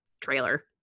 trailer